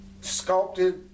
sculpted